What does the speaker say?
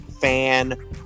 fan